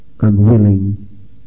unwilling